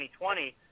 2020